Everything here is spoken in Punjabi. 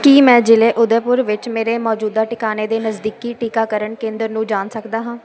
ਕੀ ਮੈਂ ਜ਼ਿਲ੍ਹੇ ਉਦੈਪੁਰ ਵਿੱਚ ਮੇਰੇ ਮੌਜੂਦਾ ਟਿਕਾਣੇ ਦੇ ਨਜ਼ਦੀਕੀ ਟੀਕਾਕਰਨ ਕੇਂਦਰ ਨੂੰ ਜਾਣ ਸਕਦਾ ਹਾਂ